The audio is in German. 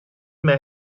mehr